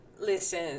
Listen